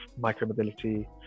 micro-mobility